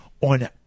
on